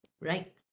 right